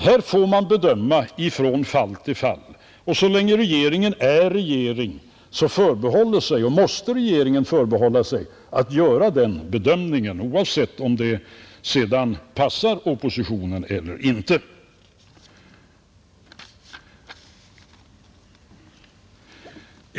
Här får man bedöma från fall till fall och så länge regeringen är regering förbehåller den sig och måste förbehålla sig att göra den bedömningen oavsett om det sedan passar oppositionen eller inte.